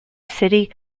city